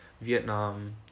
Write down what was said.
Vietnam